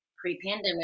pre-pandemic